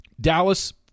Dallas